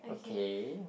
okay